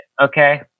Okay